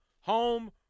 Home